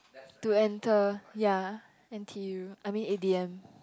to enter ya N_T_U I mean a_d_m